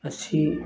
ꯑꯁꯤ